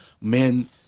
men